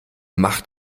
macht